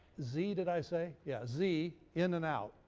z did i say? yes, z, in and out,